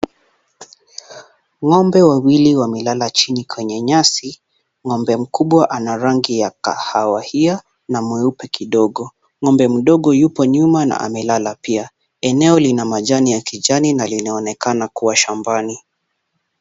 Ng'ombe wawili wamelala chini kwenye nyasi, ng'ombe mkubwa ana rangi ya kahawia na mweupe kidogo. Ng'ombe mdogo yupo nyuma na amelala pia. Eneo lina majani ya kijani na linaonekana kuwa shambani.